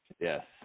Yes